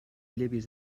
llevis